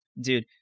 dude